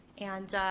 and